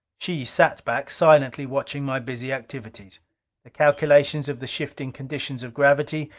she sat back, silently watching my busy activities the calculations of the shifting conditions of gravity,